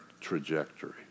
trajectory